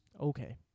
Okay